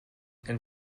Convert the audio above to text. and